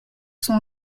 sont